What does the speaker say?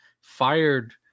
fired